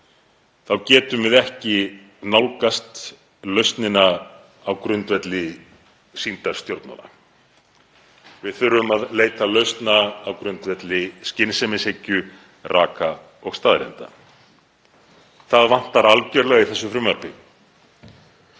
er getum við ekki nálgast lausnina á grundvelli sýndarstjórnmála. Við þurfum að leita lausna á grundvelli skynsemishyggju, raka og staðreynda. Það vantar algerlega í þessu frumvarpi.